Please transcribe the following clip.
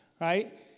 right